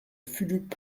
fulup